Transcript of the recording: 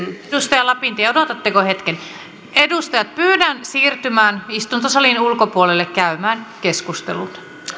edustaja lapintie odotatteko hetken edustajat pyydän siirtymään istuntosalin ulkopuolelle käymään keskustelut